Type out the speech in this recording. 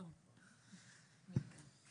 אנחנו שומעים אותך.